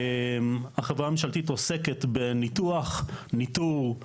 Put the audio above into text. החברה הממשלתית עוסקת בניתוח, ניטור,